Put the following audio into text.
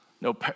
no